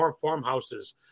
farmhouses